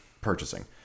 purchasing